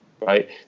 right